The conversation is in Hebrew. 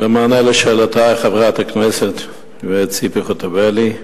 במענה על שאלותייך, חברת הכנסת גברת ציפי חוטובלי,